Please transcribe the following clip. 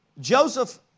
Joseph